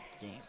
game